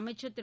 அமைச்சர் திரு